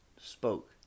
spoke